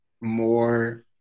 more